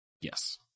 Yes